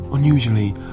Unusually